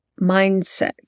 mindset